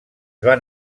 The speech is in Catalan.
van